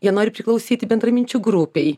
jie nori priklausyti bendraminčių grupei